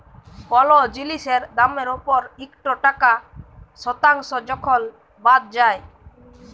call জিলিসের দামের উপর ইকট টাকা শতাংস যখল বাদ যায়